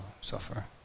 suffer